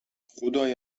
خدای